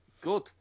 Good